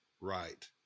right